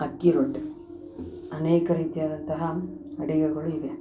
ಅಕ್ಕಿ ರೊಟ್ಟಿ ಅನೇಕ ರೀತಿಯಾದಂತಹ ಅಡುಗೆಗಳು ಇವೆ